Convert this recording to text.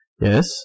Yes